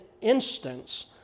instance